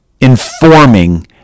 informing